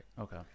okay